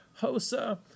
Hosa